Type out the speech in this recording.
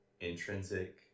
intrinsic